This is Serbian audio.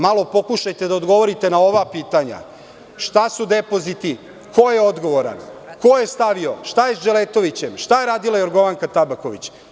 Malo pokušajte da odgovorite na ova pitanja – šta su depoziti, ko je odgovoran, ko je stavio, šta je sa Dželetovićem, šta je radila Jorgovanka Tabaković?